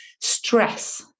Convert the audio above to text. Stress